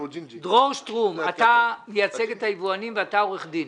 דרור שטרום, אתה מייצג את היבואנים ואתה עורך דין.